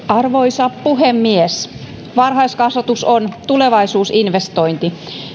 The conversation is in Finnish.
arvoisa puhemies varhaiskasvatus on tulevaisuusinvestointi